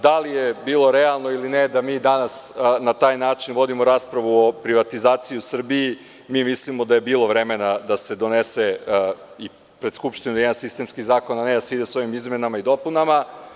Da li je bilo realno ili ne da mi danas na taj način vodimo raspravu o privatizaciji u Srbiji – mi mislimo da je bilo vremena da se donese pred Skupštinu jedan sistemski zakon a ne da se ide sa ovim izmenama i dopunama.